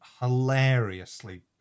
hilariously